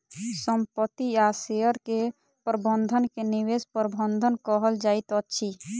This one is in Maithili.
संपत्ति आ शेयर के प्रबंधन के निवेश प्रबंधन कहल जाइत अछि